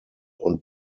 und